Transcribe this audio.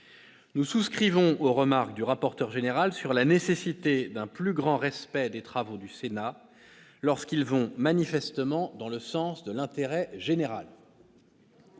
Nous souscrivons aux remarques du rapporteur général sur la nécessité d'un plus grand respect des travaux du Sénat, lorsqu'ils vont manifestement dans le sens de l'intérêt général.